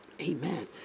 amen